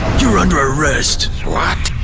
you're under arrest! what?